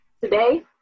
Today